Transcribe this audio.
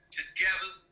together